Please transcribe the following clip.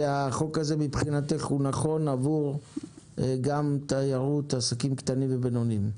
שהחוק הזה מבחינתך נכון גם עבור תיירות בעסקים קטנים ובינוניים.